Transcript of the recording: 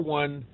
one